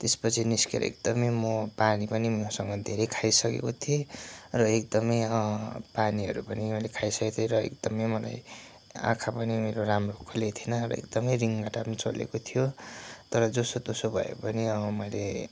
त्यसपछि निस्केर एकदमै म पानी पनि मसँग धेरै खाइसकेको थिएँ र एकदमै पानीहरू पनि मैले खाइसकेको थिएँ र एकदमै मलाई आँखा पनि मेरो राम्रो खुलेको थिएन र एकदमै रिँगटा पनि चलेको थियो तर जसोतसो भए पनि मैले